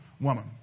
woman